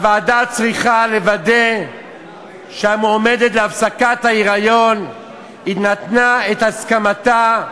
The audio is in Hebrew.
הוועדה צריכה לוודא שהמועמדת להפסקת היריון נתנה את הסכמתה,